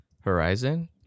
Horizon